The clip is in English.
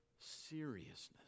seriousness